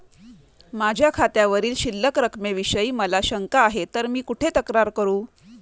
माझ्या खात्यावरील शिल्लक रकमेविषयी मला शंका आहे तर मी कुठे तक्रार करू?